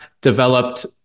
developed